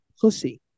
pussy